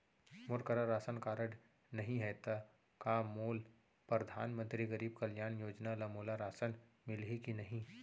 मोर करा ration card नहीं है त का मोल परधानमंतरी गरीब कल्याण योजना ल मोला राशन मिलही कि नहीं?